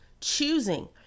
choosing